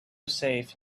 safe